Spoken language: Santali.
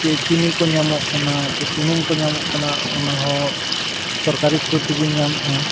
ᱥᱮ ᱪᱤᱱᱤ ᱠᱚ ᱧᱟᱢᱚᱜ ᱠᱟᱱᱟ ᱥᱮ ᱥᱩᱱᱩᱢ ᱠᱚ ᱧᱟᱢᱚᱜ ᱠᱟᱱᱟ ᱚᱱᱟ ᱦᱚᱸ ᱥᱚᱨᱠᱟᱨᱤ ᱛᱷᱨᱩ ᱛᱮᱜᱮᱧ ᱧᱟᱢᱮᱜᱼᱟ